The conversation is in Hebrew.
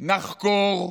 נחקור,